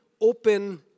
open